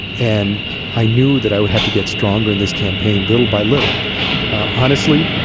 and i knew that i would have to get stronger in this campaign little by little honestly,